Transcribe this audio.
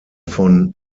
von